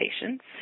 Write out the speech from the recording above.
patients